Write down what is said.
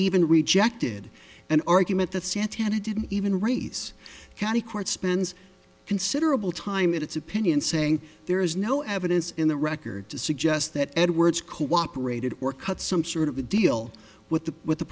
even rejected an argument that santana didn't even raise county court spends considerable time in its opinion saying there is no evidence in the record to suggest that edwards cooperated or cut some sort of a deal with the with the